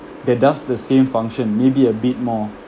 that does the same function maybe a bit more